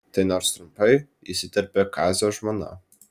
tai nors trumpai įsiterpė kazio žmona